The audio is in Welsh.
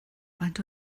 faint